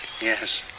Yes